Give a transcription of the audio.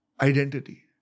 identity